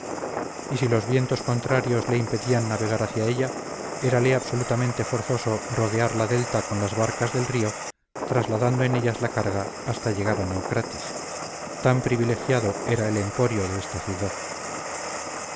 y si los vientos contrarios le impedían navegar hacia ella érale absolutamente forzoso rodear la delta con las barcas del río trasladando en ellas la carga hasta llegar a naucratis tan privilegiado era el emporio de esta ciudad